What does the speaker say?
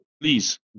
please